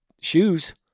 shoes